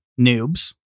noobs